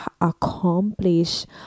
accomplish